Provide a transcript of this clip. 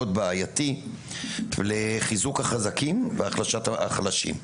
בעייתי לחיזוק החזקים והחלשת החלשים.